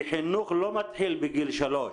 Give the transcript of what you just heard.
כי חינוך לא מתחיל בגיל שלוש,